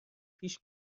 پیش